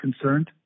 concerned